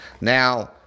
Now